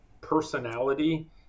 personality